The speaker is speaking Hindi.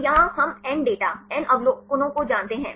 तो यहाँ हम n डेटा n अवलोकनों को जानते हैं